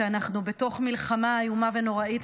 כשאנחנו בתוך מלחמה איומה ונוראית,